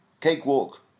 Cakewalk